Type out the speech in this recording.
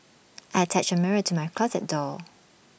I attached A mirror to my closet door